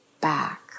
back